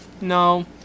No